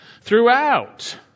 throughout